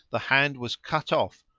the hand was cut off,